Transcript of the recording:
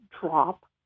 drop